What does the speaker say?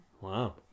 Wow